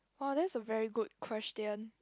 oh that's a very good question